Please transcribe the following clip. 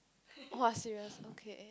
!wah! serious okay